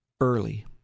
early